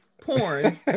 porn